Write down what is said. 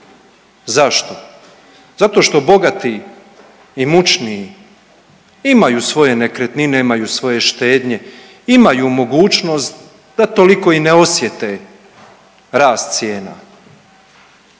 Zašto? Zato što bogati, imućniji imaju svoje nekretnine, imaju svoje štednje, imaju mogućnost da toliko i ne osjete rast cijena,